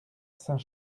saint